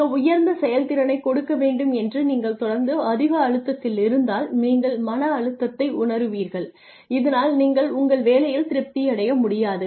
மிக உயர்ந்த செயல்திறனைக் கொடுக்க வேண்டும் என்று நீங்கள் தொடர்ந்து அதிக அழுத்தத்திலிருந்தால் நீங்கள் மன அழுத்தத்தை உணருவீர்கள் இதனால் நீங்கள் உங்கள் வேலையில் திருப்தியடைய முடியாது